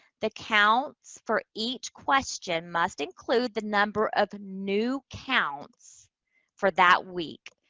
the counts for each question must include the number of new counts for that week.